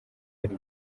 hari